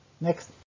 Next